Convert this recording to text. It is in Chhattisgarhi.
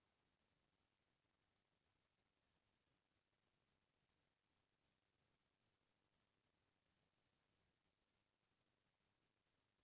कोनो भी कंपनी ल बरोबर चलाय बर पइसा लगबे करथे पग पग म पइसा लगना रहिथे सब्बो कारज बर मनसे ल